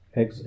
ex